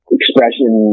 expression